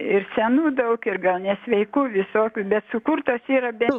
ir senų daug ir gal nesveikų visokių bet sukurtas yra be